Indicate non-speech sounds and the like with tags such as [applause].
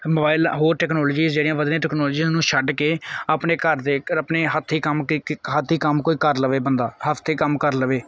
mobile ਹੋਰ technology ਜਿਹੜੀਆਂ ਵਧਦੀਆਂ ਟੈਕਨੋਲਜੀ ਉਹਨੂੰ ਛੱਡ ਕੇ ਆਪਣੇ ਘਰ ਦੇ ਆਪਣੇ ਹੱਥੀਂ ਕੰਮ ਕਈ ਕਈ ਹੱਥੀਂ ਕੰਮ ਕੋਈ ਕਰ ਲਵੇ ਬੰਦਾ [unintelligible] ਕੰਮ ਕਰ ਲਵੇ